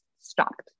stopped